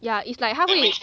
yeah is like 它会